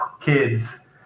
kids